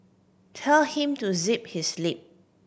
tell him to zip his lip